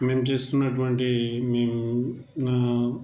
మేము చేస్తున్నటివంటి మేము మా